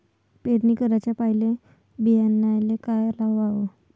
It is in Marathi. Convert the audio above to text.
पेरणी कराच्या पयले बियान्याले का लावाव?